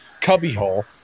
cubbyhole